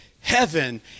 heaven